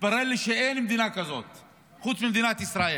התברר לי שאין מדינה כזאת חוץ ממדינת ישראל,